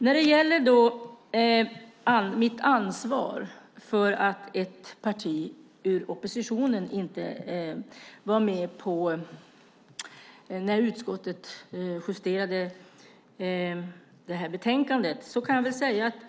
När det gäller mitt ansvar för att ett parti ur oppositionen inte var med när utskottet justerade detta betänkande kan jag säga följande.